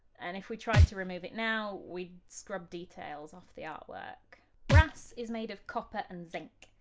and if we tried to remove it now we'd scrub details off the artwork. brass is made of copper and zinc,